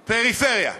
פריפריה.